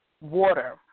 water